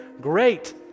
great